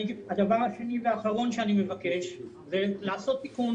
הדבר השני והאחרון שאני מבקש זה לעשות תיקון